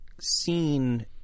seen